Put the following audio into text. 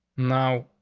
now,